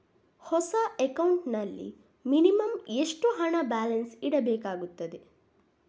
ಹೊಸ ಅಕೌಂಟ್ ನಲ್ಲಿ ಮಿನಿಮಂ ಎಷ್ಟು ಹಣ ಬ್ಯಾಲೆನ್ಸ್ ಇಡಬೇಕಾಗುತ್ತದೆ?